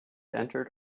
entered